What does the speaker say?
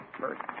first